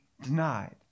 denied